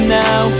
now